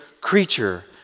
creature